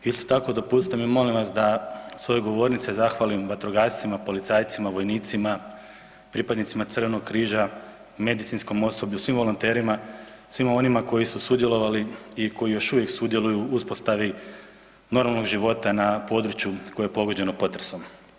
Isto tako dopustite mi molim vas da sa ove govornice zahvalim vatrogascima, policajcima, vojnicima, pripadnicima Crvenog križa, medicinskom osoblju, svim volonterima, svima onima koji su sudjelovali i koji još uvijek sudjeluju u uspostavi normalnog života na području koje je pogođeno potresom.